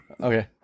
Okay